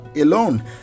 alone